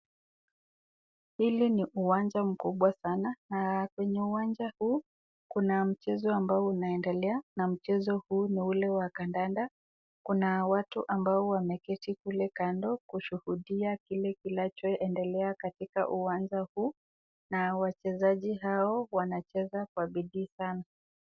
Hili ni uwanja mkubwa sana na kwenye uwanja huu kuna mchezo ambao unaendelea na mchezo huu ni ule wa kandanda, kuna watu ambao wameketi kule kamdo kushuhudia kile kinachoendelea katika uwanja huu na wachezaji hao wamacheza kwa bidii sana.